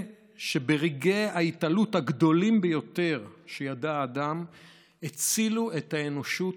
שברגעי ההתעלות הגדולים ביותר שידע האדם הצילו את האנושות,